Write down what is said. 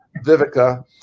Vivica